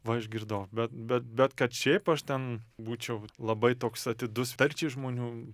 va išgirdau bet bet bet kad šiaip aš ten būčiau labai toks atidus tarčiai žmonių